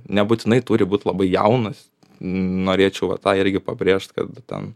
nebūtinai turi būt labai jaunas norėčiau va tą irgi pabrėžt kad ten